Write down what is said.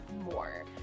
More